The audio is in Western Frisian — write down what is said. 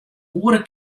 oare